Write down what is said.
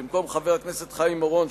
במקום חבר הכנסת חיים אורון,